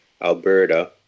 Alberta